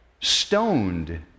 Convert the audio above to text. stoned